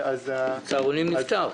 צהרונים נפתר.